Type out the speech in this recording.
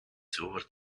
silver